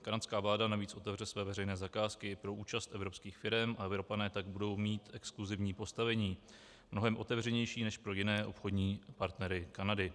Kanadská vláda navíc otevře své veřejné zakázky pro účast evropských firem a Evropané tak budou mít exkluzivní postavení, mnohem otevřenější než pro jiné obchodní partnery Kanady.